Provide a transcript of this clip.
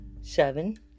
seven